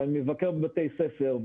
ואני מבקר בבתי ספר,